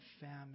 famine